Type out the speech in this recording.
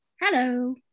Hello